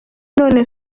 none